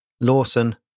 Lawson